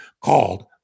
called